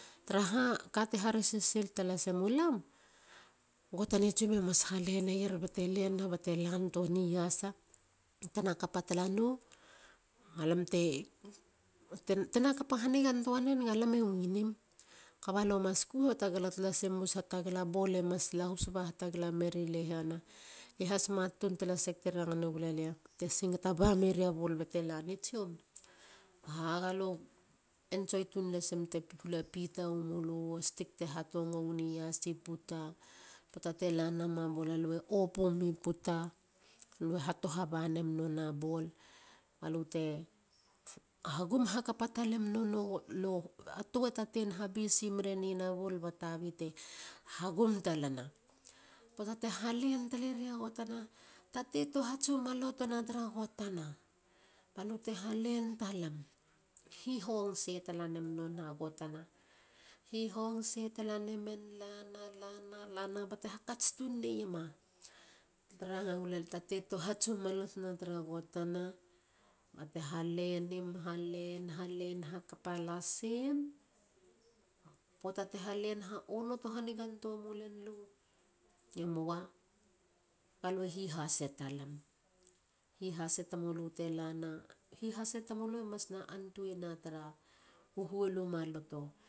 Tara ha. kate haresis sil talasemu lam. gotane tsiom e mas haleneier. lenina bate lantua ni iasa ba tena kapa tala no. Tena kapa hanigantoa nen galam ewinim kaba lo mas ku hatagala talasim. bus hatagala. bol e mas lahus ba hatagala me ri lehana. Lie ha smat tun talasig, a ka te ranga ne gulalia te singata bameria bol bate lani tsiom galo entsoi(enjoy) tun lasim te hula pita wemulu. a stik te hatongo wini iasa i puta,. Poata te lanama bol alu e opu mi puta. lue hatoha banem nona bol ba lute hagum hakapa talem. a toa taten ha bisi mere nien a bol na tabi te hagum talana. poata te halen taleria gotana. tatein tohats u maloto tara gotana balu te halen talam. hihong sei talanem nona gotana. hihong se talanamen. lana. lana. lana bate hakats tun neiema te ranga gulalia. taten tohatsu maloto tra gotana ba te ha lenim. halen. halen. hakapa lasim. poata te halen ha onoto hakapantoa ne mulen lu. e moa ga lo hihase len talam. hihase tamulu talana. hihase tamulu e mas na antuei na tra hu huol u maloto.